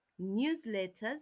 newsletters